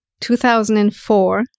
2004